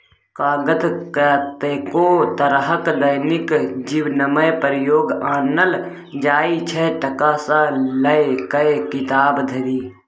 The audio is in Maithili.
कागत कतेको तरहक दैनिक जीबनमे प्रयोग आनल जाइ छै टका सँ लए कए किताब धरि